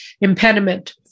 impediment